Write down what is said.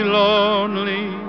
lonely